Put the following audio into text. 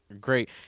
great